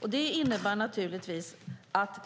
Det innebär att